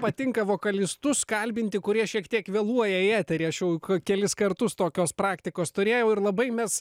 patinka vokalistus kalbinti kurie šiek tiek vėluoja į eterį aš jau k kelis kartus tokios praktikos turėjau ir labai mes